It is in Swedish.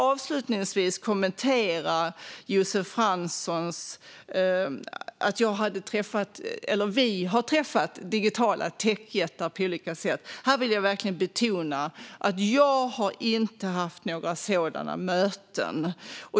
Avslutningsvis vill jag kommentera att jag eller vi skulle ha träffat digitala techjättar på olika sätt. Jag vill verkligen betona att jag inte har haft några sådana möten.